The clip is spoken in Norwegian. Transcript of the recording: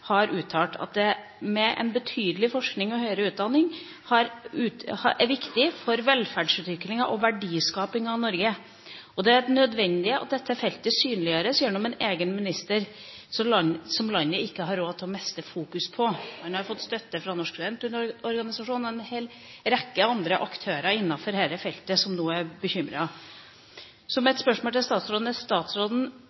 har uttalt: «Med den betydning forskning og høyere utdanning har for velferdsutviklingen og verdiskapingen i Norge, er det nødvendig at feltet synliggjøres gjennom en egen minister. Landet har ikke råd til mindre fokus på det.» Han har fått støtte fra Norsk studentorganisasjon og en hel rekke andre aktører innenfor dette feltet, som nå er